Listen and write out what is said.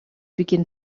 begin